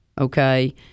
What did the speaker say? Okay